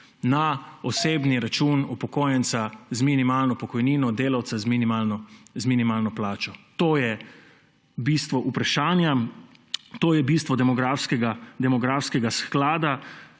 na osebni račun upokojenca z minimalno pokojnino, delavca z minimalno plačo? To je bistvo vprašanja, to je bistvo demografskega sklada.